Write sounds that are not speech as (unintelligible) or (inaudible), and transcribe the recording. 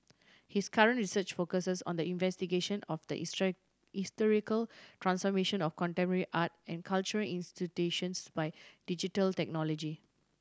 his current research focuses on the investigation of the (unintelligible) historical transformation of contemporary art and cultural institutions by digital technology